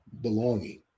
belonging